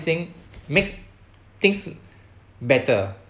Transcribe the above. thing makes things better